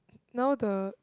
now the